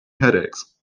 headaches